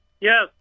Yes